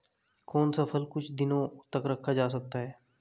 कौन सा फल कुछ दिनों तक रखा जा सकता है?